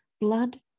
Blood